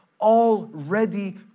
already